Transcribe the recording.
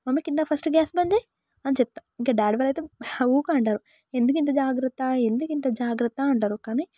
mummy కింద first gas బంద్ చేయి అని చెప్తా ఇంక డాడీ వాళ్ళైతే ఊరికే అంటారు ఎందుకంత జాగ్రత్త ఎందుకు ఇంత జాగ్రత్త అంటారు కానీ